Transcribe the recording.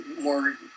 more